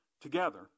together